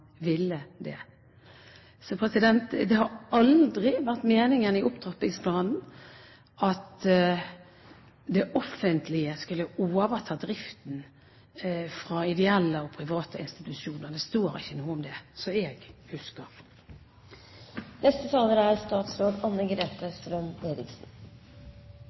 det. Det har aldri vært meningen i opptrappingsplanen at det offentlige skulle overta driften fra ideelle og private institusjoner. Det står ikke noe om det – som jeg husker. Jeg er